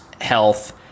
health